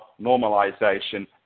normalization